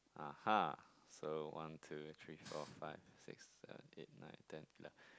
(uh huh) so one two three four five six seven eight nine ten ele~